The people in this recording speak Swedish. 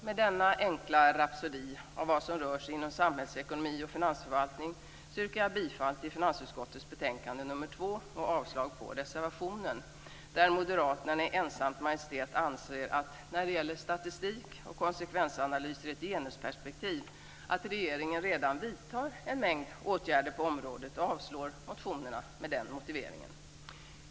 Med denna enkla rapsodi om vad som rör sig inom samhällsekonomi och finansförvaltning yrkar jag bifall till hemställan i finansutskottets betänkande nr 2 och avslag på reservationen, där moderaterna i ensamt majestät anser att regeringen, när det gäller statistik och konsekvensanalyser i ett genusperspektiv, redan vidtar en mängd åtgärder på området. Med den motiveringen avslår man motionerna.